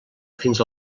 fins